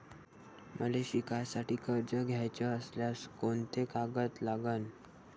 मले शिकासाठी कर्ज घ्याचं असल्यास कोंते कागद लागन?